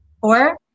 four